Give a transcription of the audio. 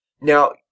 Now